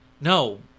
No